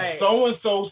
so-and-so